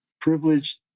privileged